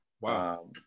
wow